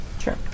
sure